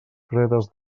fredes